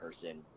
person